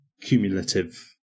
cumulative